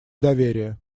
доверия